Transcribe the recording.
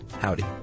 Howdy